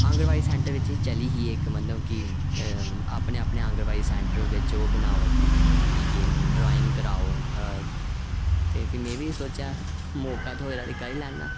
anganwadi centre च ली ही इक्क बारी चली ही मतलब अपने अपने आंगनबाड़ी सैंटर बिच ओह् बनाओ इ'य़ै ड्राइंग कराओ ते में बी सोचेआ चलो मौका थ्होया ऐ करी लैना